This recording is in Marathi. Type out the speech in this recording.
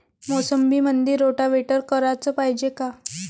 मोसंबीमंदी रोटावेटर कराच पायजे का?